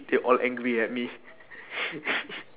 they all angry at me